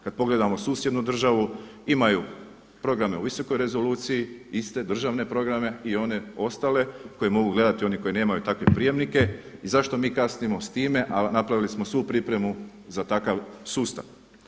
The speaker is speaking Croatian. Kada pogledamo susjednu državu, imaju programe u visokoj rezoluciji iste državne programe i one ostale koje mogu gledati oni koji nemaju takve prijemnike i zašto mi kasnimo s time, a napravili smo svu pripremu za takav sustav.